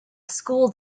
school